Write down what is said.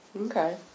Okay